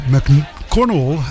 McConnell